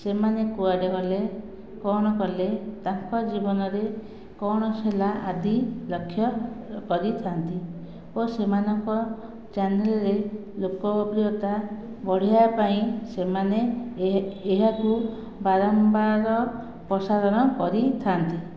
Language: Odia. ସେମାନେ କୁଆଡ଼େ ଗଲେ କଣ କଲେ ତାଙ୍କ ଜୀବନରେ କଣ ହେଲା ଆଦି ଲକ୍ଷ୍ୟ କରିଥାନ୍ତି ଓ ସେମାନଙ୍କ ଚ୍ୟାନେଲ ରେ ଲୋକପ୍ରିୟତା ବଢ଼େଇବା ପାଇଁ ସେମାନେ ଏ ଏହାକୁ ବାରମ୍ବାର ପ୍ରସାରଣ କରିଥାନ୍ତି